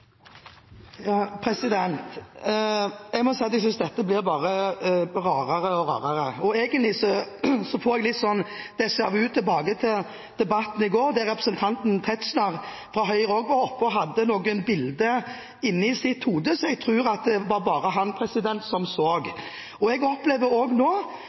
Jeg må si at jeg synes dette blir bare rarere og rarere. Egentlig får jeg litt déjà vu tilbake til debatten i går, da representanten Tetzschner fra Høyre var oppe på talerstolen og hadde noen bilder inne i sitt hode som jeg tror det bare var han som så. Jeg opplever også nå